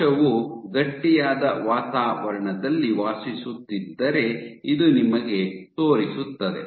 ಕೋಶವು ಗಟ್ಟಿಯಾದ ವಾತಾವರಣದಲ್ಲಿ ವಾಸಿಸುತ್ತಿದ್ದರೆ ಇದು ನಿಮಗೆ ತೋರಿಸುತ್ತದೆ